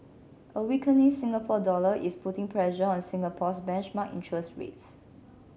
a weakening Singapore dollar is putting pressure on Singapore's benchmark interest rates